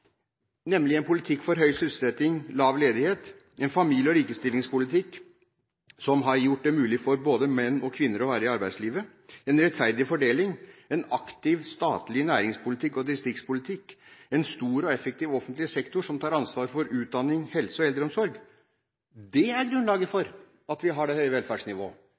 nemlig en politikk for høy sysselsetting og lav ledighet, en familie- og likestillingspolitikk som har gjort det mulig for både menn og kvinner å være i arbeidslivet, en rettferdig fordeling, en aktiv statlig næringspolitikk og distriktspolitikk og en stor og effektiv offentlig sektor som tar ansvar for utdanning, helse og eldreomsorg. Det er grunnlaget for at vi har det høye velferdsnivået.